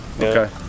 Okay